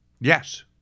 Yes